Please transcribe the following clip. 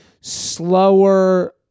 slower